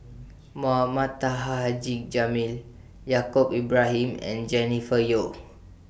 Mohamed Taha Haji Jamil Yaacob Ibrahim and Jennifer Yeo